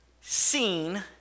seen